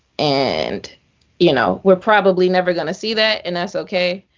and you know we're probably never gonna see that. and that's okay.